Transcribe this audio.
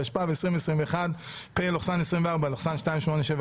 התשפ"ב 2021 (פ/2871/24) -- רק תגיד שזה של חבר הכנסת סמוטריץ'